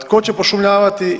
Tko će pošumljavati?